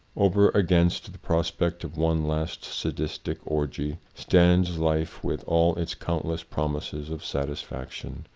over against the pros pect of one last sadistic orgy, stands life with all its countless promises of satisfaction.